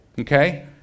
Okay